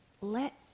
Let